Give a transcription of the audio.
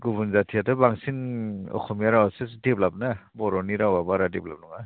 गुबुन जाथियाथ' बांसिन अस'मिया रावआसो देभेलप्त ना बर'नि रावआ बारा देभेलप्त नङा